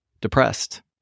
depressed